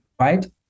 Right